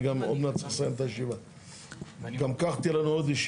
אני גם עוד מעט צריך לסיים את הישיבה.